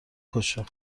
کشه